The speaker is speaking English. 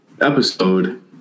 episode